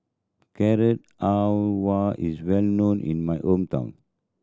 Carrot Halwa is well known in my hometown